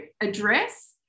address